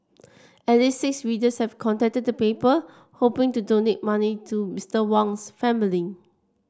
at least six readers have contacted the paper hoping to donate money to Mr Wang's family